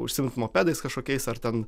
užsiimt mopedais kažkokiais ar ten